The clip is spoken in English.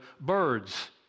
birds